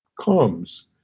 comes